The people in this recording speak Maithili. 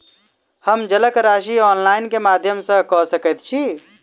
हम जलक राशि ऑनलाइन केँ माध्यम सँ कऽ सकैत छी?